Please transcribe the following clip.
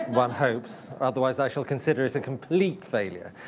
one hopes, otherwise, i shall consider it a complete failure.